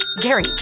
Gary